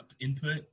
input